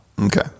Okay